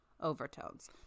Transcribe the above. overtones